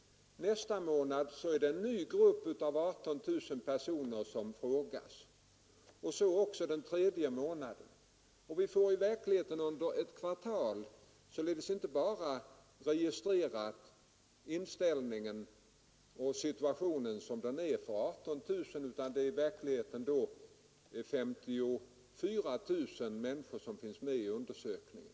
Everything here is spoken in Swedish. Nästa månad utfrågas en ny grupp på 18 000 personer, och så sker också den tredje månaden. Vi får i verkligheten under ett kvartal således inte bara en Nr 123 registresing av situationen för 18 000 personer utan för 54 000 personer Torsdagen den som finns med i undersökningen.